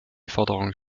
forderung